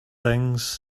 things